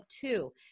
two